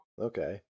Okay